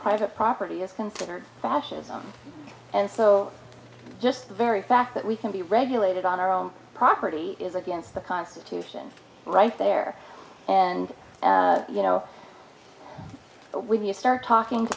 a property is considered fascism and so just the very fact that we can be regulated on our own property is against the constitution right there and you know when you start talking to